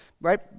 right